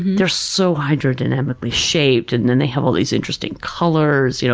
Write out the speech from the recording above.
they're so hydrodynamically shaped, and then they have all these interesting colors. you know